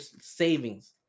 savings